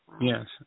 Yes